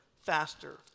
faster